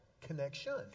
connection